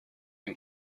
and